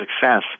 success